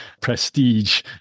prestige